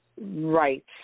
Right